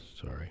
Sorry